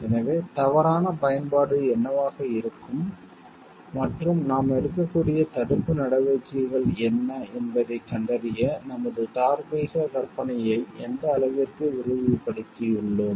எனவே தவறான பயன்பாடு என்னவாக இருக்கும் மற்றும் நாம் எடுக்கக்கூடிய தடுப்பு நடவடிக்கைகள் என்ன என்பதைக் கண்டறிய நமது தார்மீக கற்பனையை எந்த அளவிற்கு விரிவுபடுத்தியுள்ளோம்